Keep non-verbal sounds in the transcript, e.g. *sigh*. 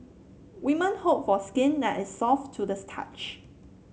women hope for skin that is soft to the *unintelligible*